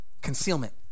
Concealment